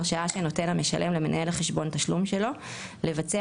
- הרשאה שנותן המשלם למנהל חשבון התשלום שלו לבצע